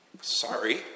Sorry